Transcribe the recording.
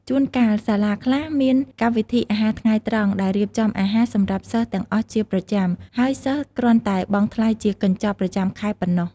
ជួនកាល សាលាខ្លះមាន កម្មវិធីអាហារថ្ងៃត្រង់ ដែលរៀបចំអាហារសម្រាប់សិស្សទាំងអស់ជាប្រចាំ ហើយសិស្សគ្រាន់តែបង់ថ្លៃជាកញ្ចប់ប្រចាំខែប៉ុណ្ណោះ។